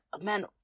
man